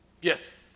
Yes